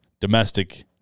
domestic